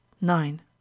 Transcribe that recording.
nine